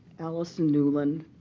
allison newland,